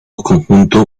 conjunto